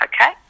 okay